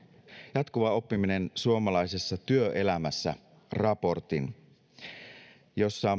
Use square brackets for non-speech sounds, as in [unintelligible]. jatkuva oppiminen suomalaisessa työelämässä raportin jossa [unintelligible]